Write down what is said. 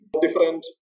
different